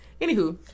Anywho